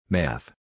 Math